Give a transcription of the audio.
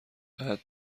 بعد